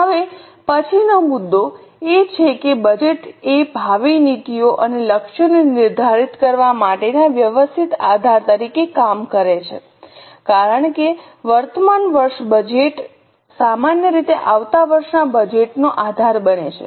હવે પછીનો મુદ્દો એ છે કે બજેટ એ ભાવિ નીતિઓ અને લક્ષ્યોને નિર્ધારિત કરવા માટેના વ્યવસ્થિત આધાર તરીકે કામ કરે છે કારણ કે વર્તમાન વર્ષનું બજેટ સામાન્ય રીતે આવતા વર્ષના બજેટ નો આધાર બને છે